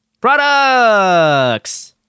Products